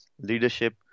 leadership